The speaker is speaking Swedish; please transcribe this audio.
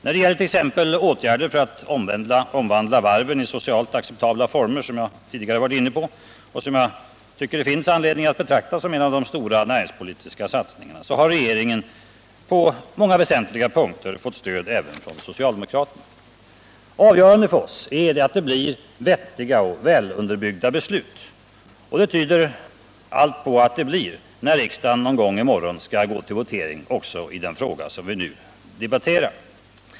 När det gäller t.ex. åtgärder för att omvandla varven i socialt acceptabla former — som jag tidigare varit inne på och som jag tycker det finns anledning att betrakta som en av de stora näringspolitiska satsningarna — har regeringen på många väsentliga punkter fått stöd även av socialdemokraterna. Avgörande för oss är att det blir vettiga och väl underbyggda beslut. Och allt tyder på att det blir det också när riksdagen någon gång i morgon skall gå till votering i den fråga som vi nu debatterar.